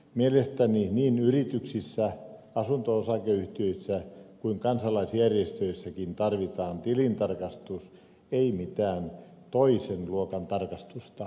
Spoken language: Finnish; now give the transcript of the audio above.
mielestäni niin yrityksissä asunto osakeyhtiöissä kuin kansalaisjärjestöissäkin tarvitaan tilintarkastus ei mitään toisen luokan tarkastusta